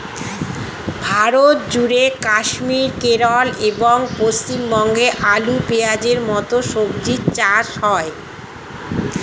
ভারতজুড়ে কাশ্মীর, কেরল এবং পশ্চিমবঙ্গে আলু, পেঁয়াজের মতো সবজি চাষ হয়